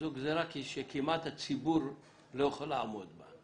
זו גזירה שכמעט הציבור לא יכול לעמוד בה.